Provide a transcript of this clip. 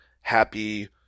happy